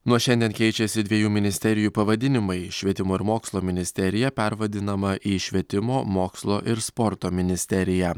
nuo šiandien keičiasi dviejų ministerijų pavadinimai švietimo ir mokslo ministerija pervadinama į švietimo mokslo ir sporto ministeriją